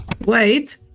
Wait